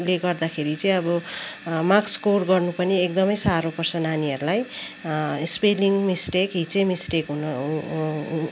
ले गर्दाखेरि चाहिँ अब मार्क्स स्कोर गर्नु पनि एकदमै साह्रो पर्छ नानीहरूलाई स्पेलिङ मिस्टेक हिज्जे मिस्टेक हुनु